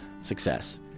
success